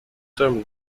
term